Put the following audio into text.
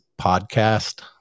podcast